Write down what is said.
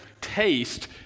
Taste